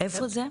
איפה זה?